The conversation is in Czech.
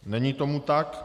Není tomu tak.